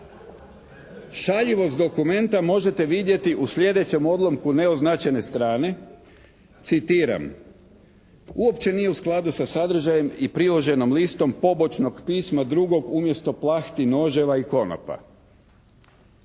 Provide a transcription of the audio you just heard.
Šaljivost dokumenta možete vidjeti u sljedećem odlomku neoznačene strane. Citiram: "Uopće nije u skladu sa sadržajem i priloženom listom pobočnog pisma drugog, umjesto plahti, noževa i konopa."